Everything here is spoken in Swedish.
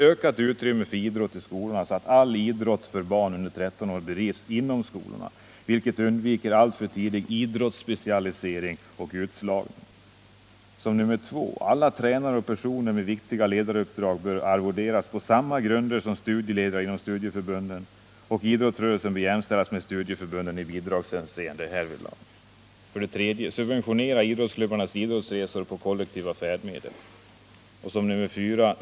Ökat utrymme för idrott i skolorna så att all idrott för barn under 13 år bedrivs inom skolorna, vilket gör att alltför tidig idrottsspecialisering och utslagning undviks. É 2. Alla tränare och personer med viktiga ledaruppdrag bör arvoderas på samma grunder som studieledare inom studieförbunden, och idrottsrörelsen bör jämställas med studieförbunden i bidragsavseende härvidlag. 3. Subventionera idrottsklubbars idrottsresor på kollektiva färdmedel! 4.